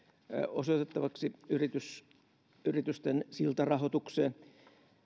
osoitettaviksi yritysten siltarahoitukseen